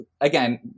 again